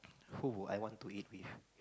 who will I want to eat with